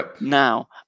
Now